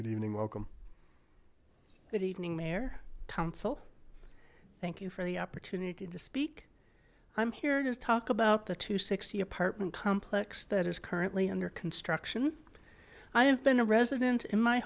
good evening welcome good evening mare council thank you for the opportunity to speak i'm here to talk about the two sixty apartment complex that is currently under construction i have been a